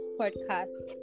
podcast